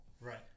right